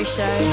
Show